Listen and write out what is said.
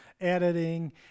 editing